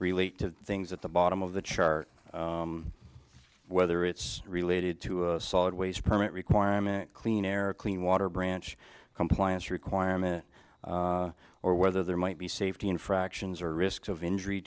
relate to things at the bottom of the chart whether it's related to a solid waste permit requirement clean air clean water branch compliance requirement or whether there might be safety infractions or risk of injury